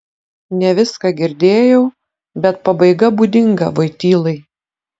ne viską girdėjau bet pabaiga būdinga voitylai